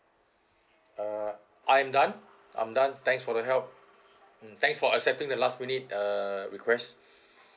uh I'm done I'm done thanks for the help mm thanks for accepting the last minute uh requests